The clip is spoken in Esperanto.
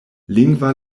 lingva